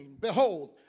behold